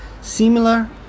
similar